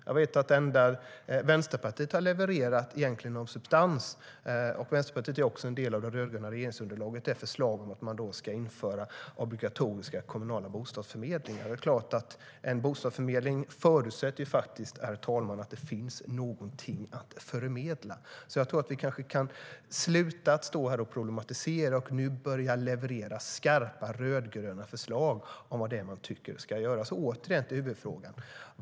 Jag vet att det enda av substans som Vänsterpartiet har levererat - Vänsterpartiet är också en del av det rödgröna regeringsunderlaget - är förslag om att införa obligatoriska kommunala bostadsförmedlingar. En bostadsförmedling förutsätter, herr talman, att det finns någonting att förmedla. Man kan sluta att stå och problematisera och nu börja leverera skarpa rödgröna förslag om vad man tycker ska göras åt det som är huvudfrågan.